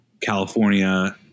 California